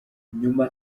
nyuma